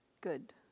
good